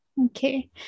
Okay